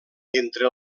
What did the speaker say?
entre